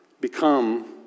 become